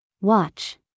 Watch